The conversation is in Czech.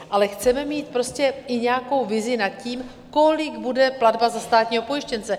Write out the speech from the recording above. Ale chceme mít prostě i nějakou vizi nad tím, kolik bude platba za státního pojištěnce.